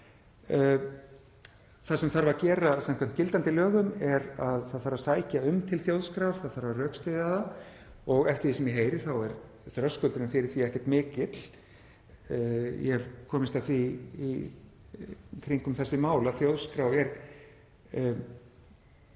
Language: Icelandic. Það sem þarf að gera samkvæmt gildandi lögum er að það þarf að sækja um til Þjóðskrár. Það þarf að rökstyðja það og eftir því sem ég heyri er þröskuldurinn fyrir því ekkert mikill. Ég hef komist að því í kringum þessi mál að Þjóðskrá er